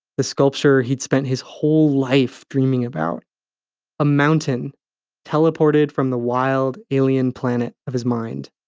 the sculpture he'd spent his whole life dreaming about a mountain teleported from the wild alien planet of his mind.